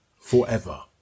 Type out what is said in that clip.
forever